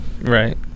Right